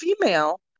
female